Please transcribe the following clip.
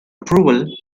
approval